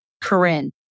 Corinne